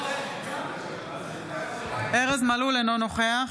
אינו נוכח